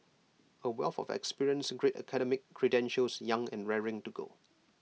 A wealth of experience great academic credentials young and raring to go